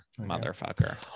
motherfucker